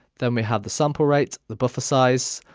then we have the sample rate, the buffer size.